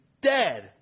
dead